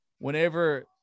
whenever